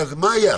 מה היה?